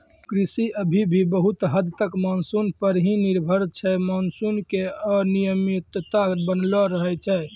कृषि अभी भी बहुत हद तक मानसून पर हीं निर्भर छै मानसून के अनियमितता बनलो रहै छै